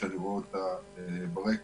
שאני רואה אותה ברקע,